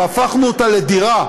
והפכנו אותה לדירה,